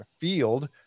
field